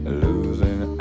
losing